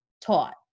taught